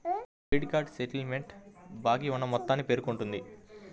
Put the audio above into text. credit card statement బాకీ ఉన్న మొత్తాన్ని పేర్కొంటుంది